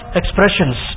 expressions